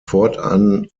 fortan